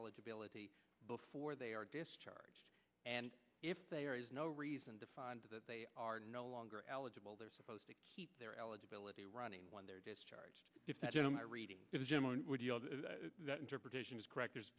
eligibility before they are discharged and if there is no reason to find that they are no longer eligible they're supposed to keep their eligibility running when they are discharged if that gentleman reading that interpretation is c